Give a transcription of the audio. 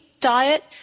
diet